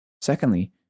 Secondly